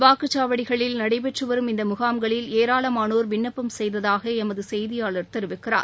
வாக்குச்சாவடிகளில் நடைபெற்றுவரும் இந்த முகாம்களில் ஏராளமானோர் விண்ணப்பம் செய்ததாக எமது செய்தியாளர் தெரிவிக்கிறார்